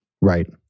Right